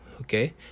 okay